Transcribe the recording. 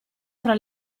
fra